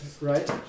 right